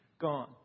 Gone